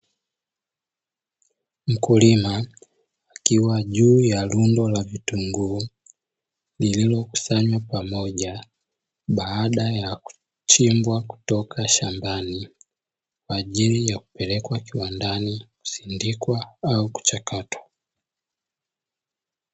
Mkulima akiwa juu ya rundo la vitunguu lililokusanywa pamoja baada ya kuchimbwa kutoka shambani, kwa ajili ya kupelekwa kiwandani kusindikwa au kuchakatwa.